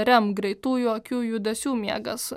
rem greitųjų akių judesių miegas